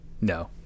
No